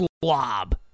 slob